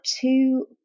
two